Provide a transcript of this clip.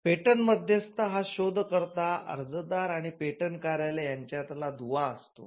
patent मध्यस्थ हा शोधकर्ता अर्जदार आणि पेटंट कार्यालय यांच्यातला दुवा असतो